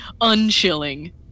unchilling